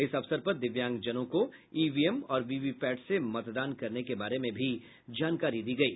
इस अवसर पर दिव्यांग जनों को ईवीएम और वीवीपैट से मतदान करने के बारे में भी जानकारी दी गयी